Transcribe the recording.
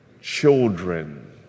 children